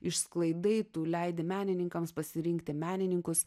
išsklaidai tu leidi menininkams pasirinkti menininkus